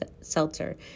Seltzer